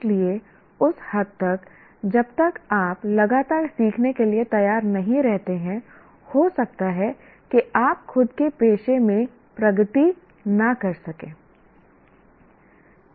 इसलिए उस हद तक जब तक आप लगातार सीखने के लिए तैयार नहीं रहते हैं हो सकता है कि आप खुद के पेशे में प्रगति न कर सकें